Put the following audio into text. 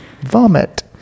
vomit